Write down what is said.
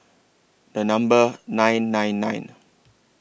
The Number nine nine nine